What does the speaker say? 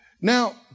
Now